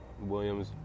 williams